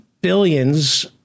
billions